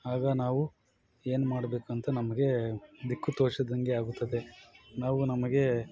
ಆಗ ನಾವು ಏನು ಮಾಡಬೇಕಂತ ನಮಗೆ ದಿಕ್ಕು ತೋಚದಂತೆ ಆಗುತ್ತದೆ ನಾವು ನಮಗೆ